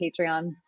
Patreon